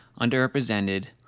underrepresented